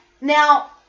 Now